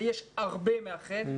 ויש הרבה מאחד.